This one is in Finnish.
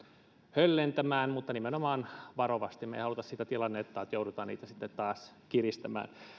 höllentämään mutta nimenomaan varovasti me emme halua sitä tilannetta että joudutaan niitä sitten taas kiristämään